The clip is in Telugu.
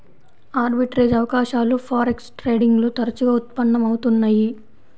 ఆర్బిట్రేజ్ అవకాశాలు ఫారెక్స్ ట్రేడింగ్ లో తరచుగా ఉత్పన్నం అవుతున్నయ్యి